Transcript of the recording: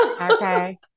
Okay